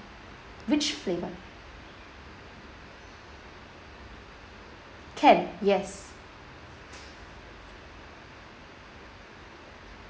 which flavour can yes